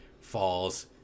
falls